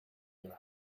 your